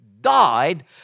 died